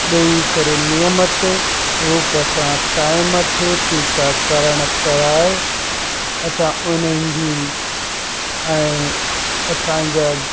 ॾेई करे नियमित रूप सां टाइम ते टीकाकरणु कराए असां उन्हनि जी ऐं असांजा